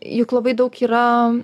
juk labai daug yra